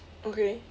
okay